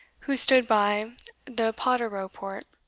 who stood by the potterrow-port,